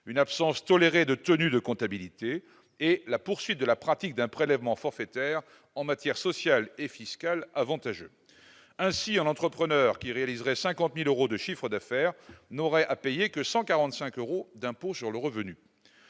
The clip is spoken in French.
une absence de tenue de comptabilité et la poursuite de la pratique d'un prélèvement forfaitaire en matière sociale et fiscale avantageux ainsi à l'entrepreneur qui réaliserait 50000 euros de chiffre d'affaires n'aurait à payer que 145 euros d'impôt sur le revenu,